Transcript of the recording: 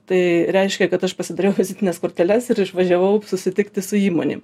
tai reiškia kad aš pasidariau vizitines korteles ir išvažiavau susitikti su įmonėm